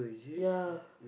ya